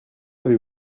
avez